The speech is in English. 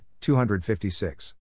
256